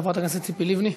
חברת הכנסת ציפי לבני.